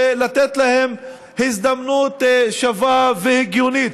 לתת להם הזדמנות שווה והגיונית,